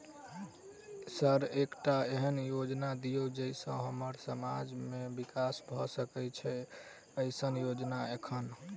Sir एकटा एहन योजना दिय जै सऽ हम्मर समाज मे विकास भऽ सकै छैय एईसन योजना एखन?